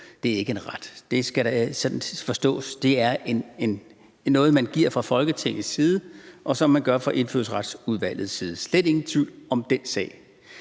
Det er ikke en ret. Sådan skal det forstås. Det er noget, man giver fra Folketingets side, og som man gør fra Indfødsretsudvalgets side. Slet ingen tvivl om den sag.